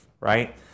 right